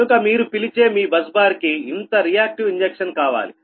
కనుక మీరు పిలిచే మీ బస్ బార్ కి ఇంత రియాక్టివ్ ఇంజక్షన్ కావాలి